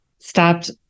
stopped